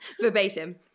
Verbatim